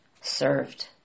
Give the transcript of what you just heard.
served